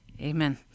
Amen